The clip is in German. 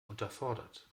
unterfordert